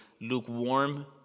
lukewarm